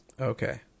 Okay